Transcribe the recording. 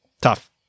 Tough